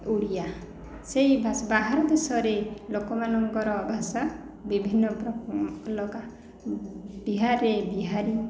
ଓଡ଼ିଆ ସେ ବାହାର ଦେଶରେ ଲୋକମାନଙ୍କର ଭାଷା ବିଭିନ୍ନ ବିହାରରେ ବିହାରୀ